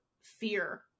fear